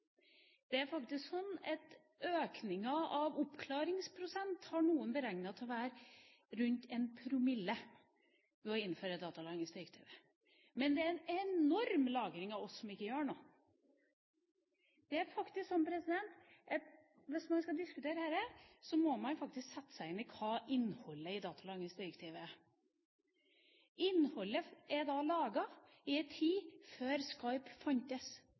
Det er faktisk slik at noen har beregnet økningen i oppklaringsprosenten til rundt 1 promille ved å innføre datalagringsdirektivet. Men det er en enorm lagring av oss som ikke gjør noe. Hvis man skal diskutere dette, må man sette seg inn i hva innholdet i datalagringsdirektivet er. Innholdet er laget i en tid før